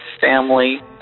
family